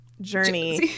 Journey